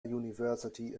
university